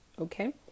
okay